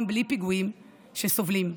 גם בלי פיגועים, שסובלות.